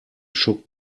shook